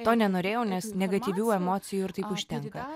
to nenorėjau nes negatyvių emocijų ir taip užtenka